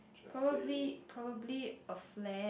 probably probably a flat